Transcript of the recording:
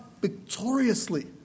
victoriously